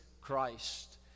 Christ